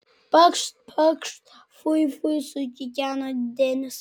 pakšt pakšt fui fui sukikeno denis